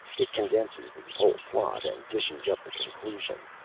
it condenses the whole plot and dishes up the conclusion.